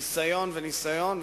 ניסיון וניסיון,